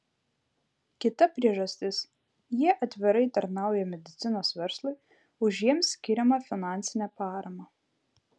kita priežastis jie atvirai tarnauja medicinos verslui už jiems skiriamą finansinę paramą